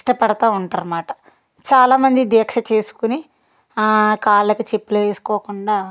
ఇష్టపడుతూ ఉంటారు అన్నమాట చాలామంది దీక్ష చేసుకొని ఆ కాళ్ళకు చెప్పులు వేసుకోకుండా